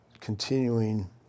continuing